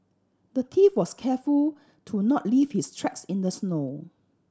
the thief was careful to not leave his tracks in the snow